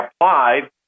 applied